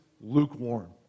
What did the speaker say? lukewarm